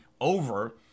over